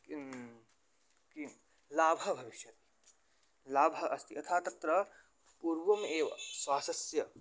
किं किं लाभः भविष्यति लाभः अस्ति यथा तत्र पूर्वमेव श्वासस्य